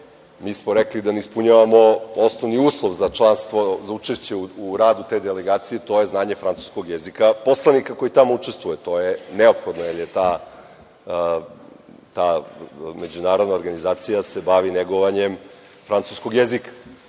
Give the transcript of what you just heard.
mi smo rekli da ne ispunjavamo osnovni uslov za učešće u radu te delegacije, a to je znanje francuskog jezika poslanika koji tamo učestvuju. To je neophodno jer se ta međunarodna organizacija bavi negovanjem francuskog